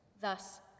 Thus